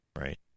right